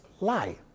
lie